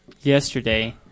yesterday